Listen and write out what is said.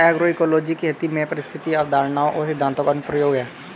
agroecology खेती में पारिस्थितिक अवधारणाओं और सिद्धांतों का अनुप्रयोग है